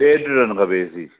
टे टन खपे एसी